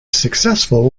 successful